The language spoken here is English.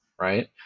right